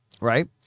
right